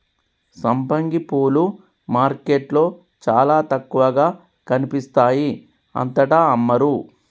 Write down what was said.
సంపంగి పూలు మార్కెట్లో చాల తక్కువగా కనిపిస్తాయి అంతటా అమ్మరు